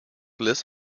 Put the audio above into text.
less